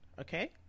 Okay